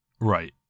Right